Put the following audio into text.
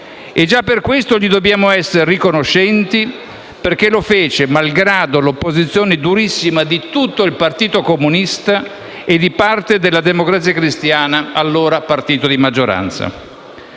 E già per questo gli dobbiamo essere riconoscenti, perché lo fece malgrado l'opposizione durissima di tutto il Partito Comunista e di parte della Democrazia Cristiana, allora partito di maggioranza;